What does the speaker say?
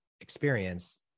experience